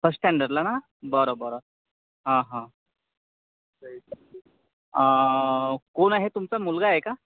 first स्टॅण्डर्डला ना बरं बरं हां हां कोण आहे तुमचं मुलगा आहे का